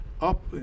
up